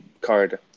card